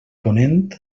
ponent